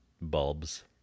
bulbs